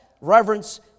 reverence